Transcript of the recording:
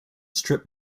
strip